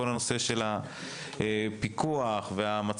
יש את כל הנושא של הפיקוח, המצלמות.